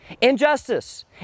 Injustice